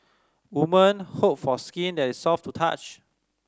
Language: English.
women hope for skin that is soft to touch